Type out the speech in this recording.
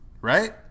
right